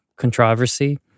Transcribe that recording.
Controversy